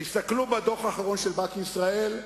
תסתכלו בדוח האחרון של בנק ישראל.